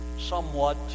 somewhat